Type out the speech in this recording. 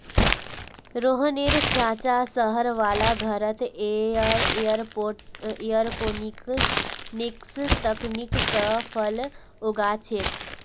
रोहनेर चाचा शहर वाला घरत एयरोपोनिक्स तकनीक स फल उगा छेक